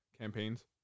campaigns